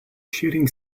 shooting